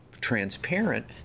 transparent